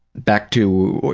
back to,